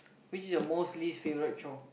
which is your most least favorite chore